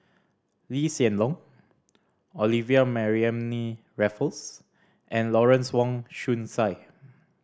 Lee Hsien Loong Olivia Mariamne Raffles and Lawrence Wong Shyun Tsai